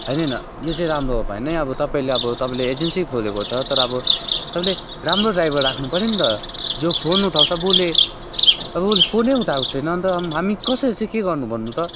होइन होइन यो चाहिँ राम्रो भएन है अब तपाईँले अब तपाईँले एजेन्सी खोलेको छ तर अब तपाईँले राम्रो ड्राइभर राख्नु पऱ्योन्त जो फोन उठाउँछ अब उसले अब उसले फोनै उठाएको छैन अन्त हामी कसरी चाहिँ के गर्नु भन्नु त